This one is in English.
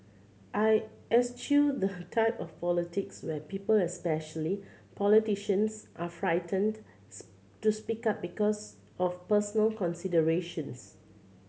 I eschew the type of politics where people especially politicians are frightened to speak up because of personal considerations